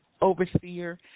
overseer